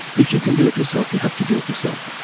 if you can do it yourself, you have to do it yourself.